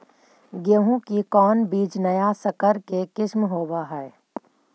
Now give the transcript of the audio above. गेहू की कोन बीज नया सकर के किस्म होब हय?